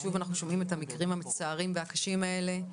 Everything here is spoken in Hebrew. שוב אנחנו שומעים על המקרים המצערים והקשים האלה.